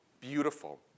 beautiful